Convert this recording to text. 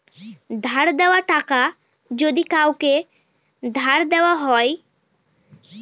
ধার দেওয়া টাকা যদি কাওকে ধার দেওয়া হয়